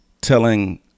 telling